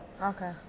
Okay